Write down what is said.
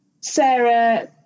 Sarah